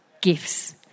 gifts